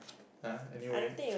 uh anyway